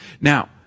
Now